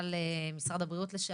מנכ"ל משרד הבריאות לשעבר,